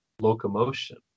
locomotion